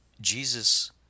Jesus